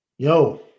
Yo